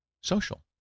Social